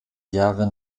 jahre